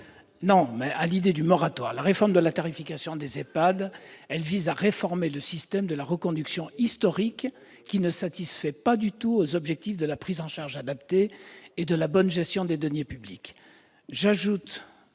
défavorable à l'idée de moratoire ! La réforme de la tarification des EHPAD vise à modifier le système de la reconduction historique, qui ne satisfait pas aux objectifs de la prise en charge adaptée et de la bonne gestion des deniers publics.